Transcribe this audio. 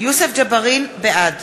בעד